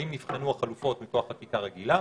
האם נבחנו החלופות מכוח חקיקה רגילה,